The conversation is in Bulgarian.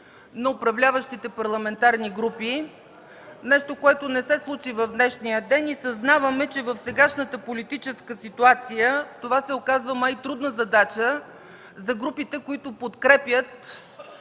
на управляващите парламентарни групи – нещо, което не се случи в днешния ден. Съзнаваме, че в сегашната политическа ситуация това се оказва май трудна задача за групите, които подкрепят